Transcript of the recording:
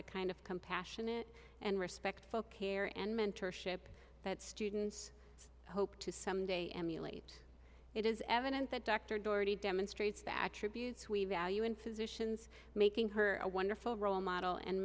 the kind of compassionate and respect folk here and mentorship that students hope to someday emulate it is evident that dr dorothy demonstrates the attributes we value in physicians making her a wonderful role model and